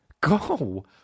go